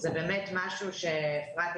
זה באמת משהו אפרת,